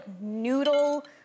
noodle